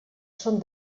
són